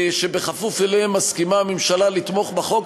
שבכפוף אליהם מסכימה הממשלה לתמוך בחוק,